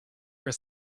were